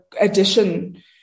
addition